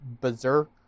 Berserk